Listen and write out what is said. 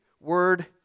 word